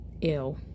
Ill